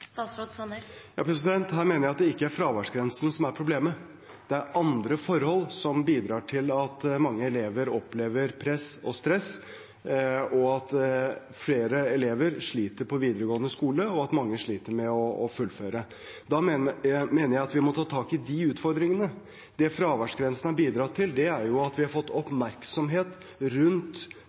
Her mener jeg at det ikke er fraværsgrensen som er problemet. Det er andre forhold som bidrar til at mange elever opplever press og stress, at flere elever sliter på videregående skole, og at mange sliter med å fullføre. Jeg mener at vi må ta tak i de utfordringene. Fraværsgrensen har bidratt til at vi har fått oppmerksomhet rundt